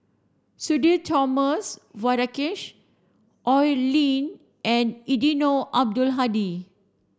Sudhir Thomas Vadaketh Oi Lin and Eddino Abdul Hadi